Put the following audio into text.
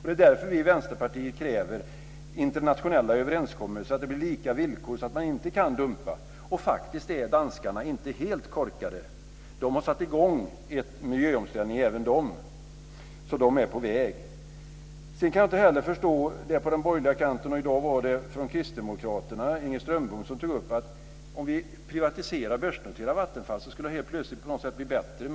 Det är därför vi i Vänsterpartiet kräver internationella överenskommelser så att det blir lika villkor, så att man inte kan dumpa. Danskarna är faktiskt inte helt korkade. Även de har satt i gång en miljöomställning, så de är på väg. Jag kan inte heller förstå dem på den borgerliga kanten. I dag var det Inger Strömbom från Kristdemokraterna som tog upp att om vi privatiserar och börsnoterar Vattenfall skulle det helt plötsligt bli bättre.